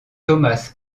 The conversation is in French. thomas